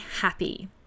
happy